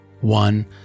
One